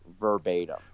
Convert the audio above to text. verbatim